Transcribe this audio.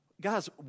Guys